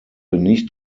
nicht